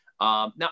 Now